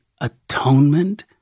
atonement